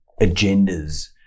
agendas